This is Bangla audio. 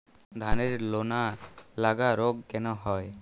ধানের লোনা লাগা রোগ কেন হয়?